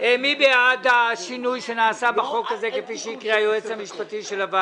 מי בעד השינוי שנעשה בחוק הזה כפי שהקריאה היועצת המשפטית?